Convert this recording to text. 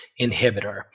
inhibitor